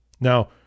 Now